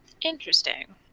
interesting